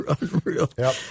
unreal